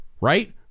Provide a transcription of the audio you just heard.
Right